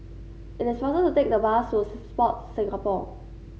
it is faster to take the bus to Sports Singapore